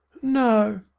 no.